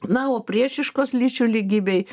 na o priešiškos lyčių lygybei